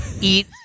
eat